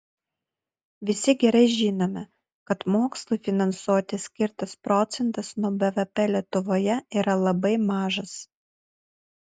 visi gerai žinome kad mokslui finansuoti skirtas procentas nuo bvp lietuvoje yra labai mažas